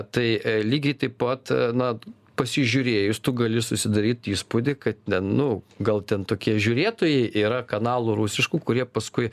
tai lygiai taip pat na pasižiūrėjus tu gali susidaryt įspūdį kad ten nu gal ten tokie žiūrėtojai yra kanalų rusiškų kurie paskui